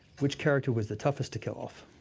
which character was the toughest to kill off?